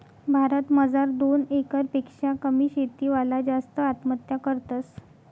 भारत मजार दोन एकर पेक्शा कमी शेती वाला जास्त आत्महत्या करतस